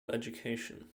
education